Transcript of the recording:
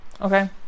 Okay